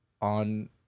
on